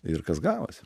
ir kas gavosi